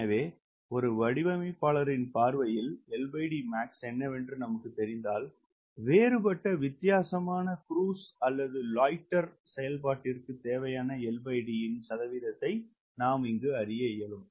எனவே வடிவமைப்பாளரின் பார்வையில் LDmax என்னவென்று நமக்கு தெரிந்தால் வேறுபட்ட வித்தியாசமான க்ரூஸ் அல்லது லோய்ட்டர் செயல்பாட்டிற்கு தேவையான LDஇன் சதவீதத்தை நாம் அறிய இயலும்